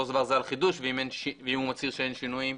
של דבר זה על חידוש ואם הוא מצהיר שאין שינויים,